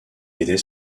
était